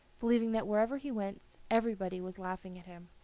believing that wherever he went everybody was laughing at him,